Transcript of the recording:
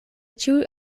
ĉiuj